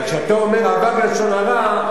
כשאתה אומר אבק לשון הרע,